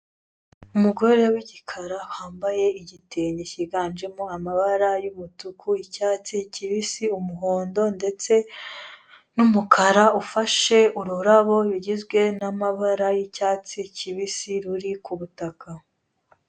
Umugore w'igikara wambaye igitenge kiganjemo amabara y'umutuku, icyatsi kibisi, umuhondo ndetse n'umukara, ufashe ururabo rugizwe n'amabara y'icyatsi kibisi ruri ku butaka.